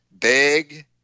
big